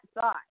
thought